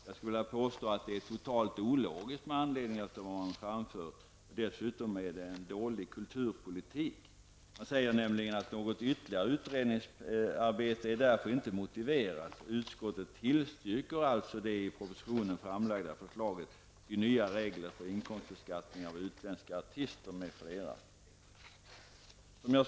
Jag skulle vilja påstå att kulturutskottets ställningstagande är totalt ologiskt med tanke på vad man anför i sitt yttrande. Dessutom är det en dålig kulturpolitik. Man skriver nämligen senare i yttrandet följande: ''Något ytterligare utredningsarbete är därför inte motiverat. Fru talman!